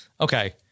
okay